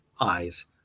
eyes